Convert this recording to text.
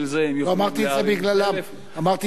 לא אמרתי את זה בגללם, אמרתי את זה בגללי.